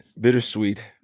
Bittersweet